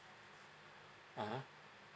ah ha